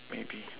maybe